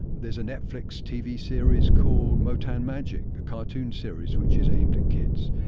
there's a netflix tv series called motown magic cartoon series which is aimed at kids